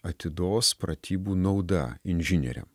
atidos pratybų nauda inžinieriam